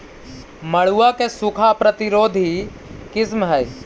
मड़ुआ के सूखा प्रतिरोधी किस्म हई?